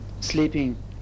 sleeping